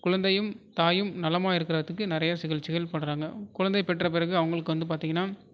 குழந்தையும் தாயும் நலமாக இருக்கிறதுக்கு நிறையா சிகிச்சைகள் பண்றாங்க குழந்தை பெற்ற பிறகு அவங்களுக்கு வந்து பார்த்திங்கனா